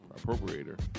appropriator